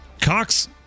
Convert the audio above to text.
Cox